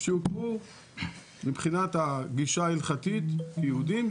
שהוכרו מבחינת הגישה ההלכתית כיהודים,